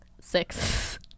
six